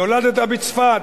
נולדת בצפת,